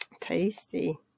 tasty